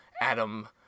Adam